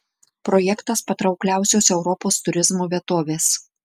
projektas patraukliausios europos turizmo vietovės